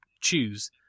choose